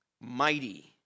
mighty